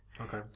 Okay